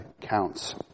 counts